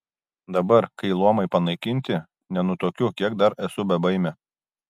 dabar kai luomai panaikinti nenutuokiu kiek dar esu bebaimė